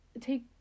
take